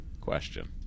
question